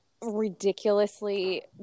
ridiculously